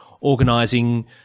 organising